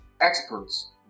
experts